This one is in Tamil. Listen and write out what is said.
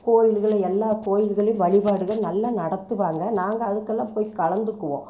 கோவிலுகளு எல்லா கோவில்கள்லையும் வழிபாடுகள் நல்லா நடத்துவாங்க நாங்க அதுக்கெல்லாம் போய் கலந்துக்குவோம்